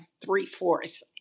three-fourths